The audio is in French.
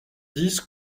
dix